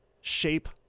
shape